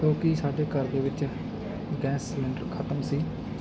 ਜੋ ਕਿ ਸਾਡੇ ਘਰ ਦੇ ਵਿੱਚ ਗੈਸ ਸਲੰਡਰ ਖਤਮ ਸੀ